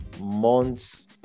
months